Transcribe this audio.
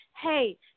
hey